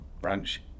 branch